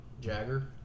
Jagger